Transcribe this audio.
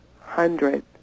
hundreds